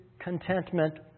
contentment